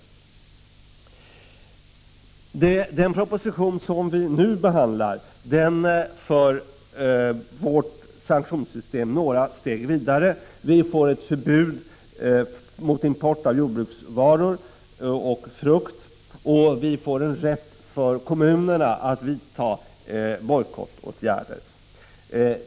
Den proposition som vi nu behandlar för vårt sanktionssystem några steg vidare. Vi får ett förbud mot import av jordbruksvaror och frukt, och vi får en rätt för kommunerna att vidta bojkottåtgärder.